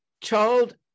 told